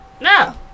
No